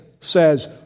says